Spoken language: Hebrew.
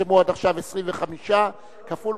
נרשמו עד עכשיו 25, כפול